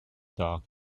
dark